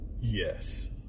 Yes